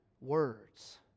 words